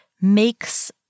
makes